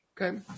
Okay